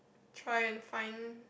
try and find